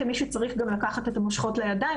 כמי שצריך גם לקחת את המושכות לידיים,